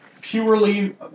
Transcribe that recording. purely